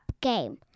game